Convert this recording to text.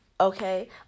Okay